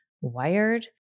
wired